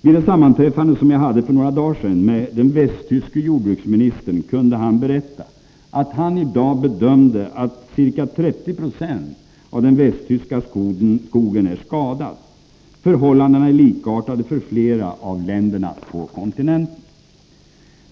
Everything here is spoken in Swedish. Vid det sammanträffande som jag hade för några dagar sedan med den västtyske jordbruksministern kunde han berätta, att han i dag bedömer att 30 26 av den västtyska skogen är skadad. Förhållandena är likartade för flera av länderna på kontinenten.